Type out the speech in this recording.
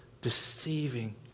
deceiving